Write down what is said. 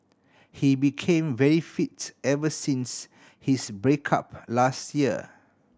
he became very fit ever since his break up last year